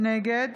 נגד